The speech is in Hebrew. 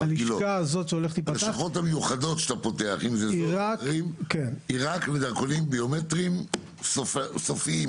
הלשכה הזאת שהולכת להיפתח היא רק לדרכונים ביומטריים סופיים.